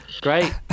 Great